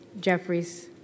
Jeffries